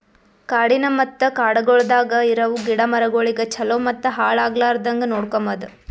ಕಾಡಿನ ಮತ್ತ ಕಾಡಗೊಳ್ದಾಗ್ ಇರವು ಗಿಡ ಮರಗೊಳಿಗ್ ಛಲೋ ಮತ್ತ ಹಾಳ ಆಗ್ಲಾರ್ದಂಗ್ ನೋಡ್ಕೋಮದ್